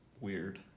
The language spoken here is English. weird